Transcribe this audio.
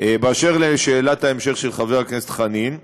אשר לשאלת ההמשך של חבר הכנסת חנין,